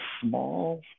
small